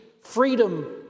freedom